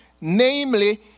namely